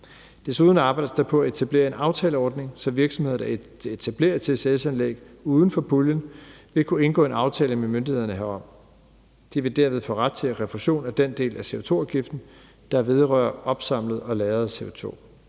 Desuden arbejdes der på at etablere en aftaleordning, så virksomheder, der etablerer et ccs-anlæg uden for puljen, vil kunne indgå en aftale med myndighederne herom. De vil derved få ret til refusion af den del af CO2-afgiften, der vedrører opsamlet og lagret CO2.